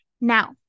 Now